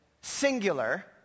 singular